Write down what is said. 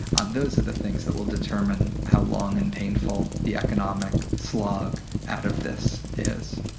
and those are the things that will determine how long and painful the economic slog out of this is.